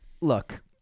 Look